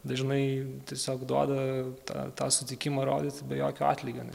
dažnai tiesiog duoda tą tą sutikimą rodyti be jokio atlygio